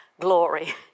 glory